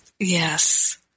Yes